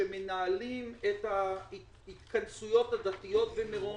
שמנהלים את ההתכנסויות הדתיות במירון.